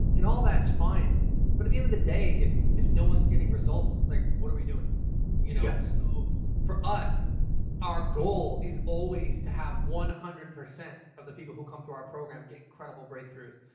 and all that's fine but at the end of the day if if no one's getting results it's like what are we doing you know so for us our goal is always to have one hundred percent of the people who come to our program getting incredible breakthroughs.